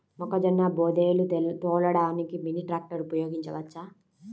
మొక్కజొన్న బోదెలు తోలడానికి మినీ ట్రాక్టర్ ఉపయోగించవచ్చా?